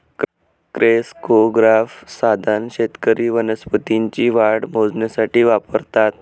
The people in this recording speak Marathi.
क्रेस्कोग्राफ साधन शेतकरी वनस्पतींची वाढ मोजण्यासाठी वापरतात